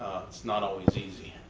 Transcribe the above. it's not always easy.